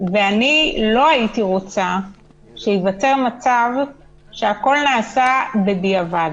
ואני לא הייתי רוצה שייווצר מצב שהכול נעשה בדיעבד.